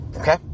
okay